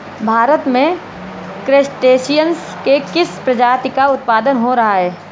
भारत में क्रस्टेशियंस के किस प्रजाति का उत्पादन हो रहा है?